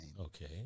okay